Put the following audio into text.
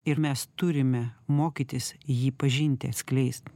ir mes turime mokytis jį pažinti atskleisti